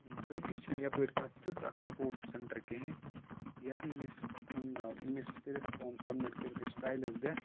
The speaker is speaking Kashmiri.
بٲقی چھَنہٕ یَپٲرۍ کانٛہہ تیُتھ اَکھ سَپوٹٕس سیٚنٹَر کِہیٖنۍ یَتھ منٛز أسۍ پَنُن ناو لِسٹ کٔرِتھ فارم سَبمِٹ کٔرِتھ أسۍ ٹرایلٕز دِتھ